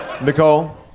Nicole